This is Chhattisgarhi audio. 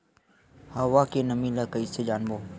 हवा के नमी ल कइसे जानबो?